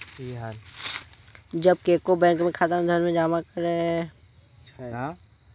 जब केओ बैंक खाता मे धन जमा करै छै, ते ऊ धन बैंक के संपत्ति बनि जाइ छै